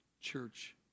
Church